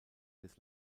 des